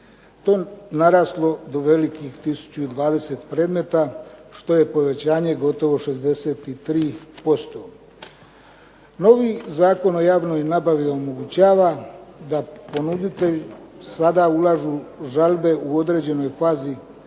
to naraslo do velikih tisuću i 20 predmeta, što je povećanje gotovo 63%. Novi Zakon o javnoj nabavi omogućava da ponuditelji sada ulažu žalbe u određenoj fazi